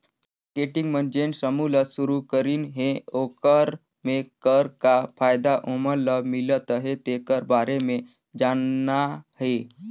marketing मन जेन समूह ल सुरूकरीन हे ओखर मे कर का फायदा ओमन ल मिलत अहे तेखर बारे मे जानना हे